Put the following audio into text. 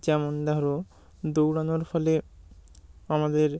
যেমন ধরো দৌড়ানোর ফলে আমাদের